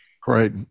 Great